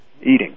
eating